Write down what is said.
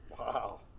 Wow